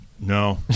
No